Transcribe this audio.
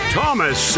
Thomas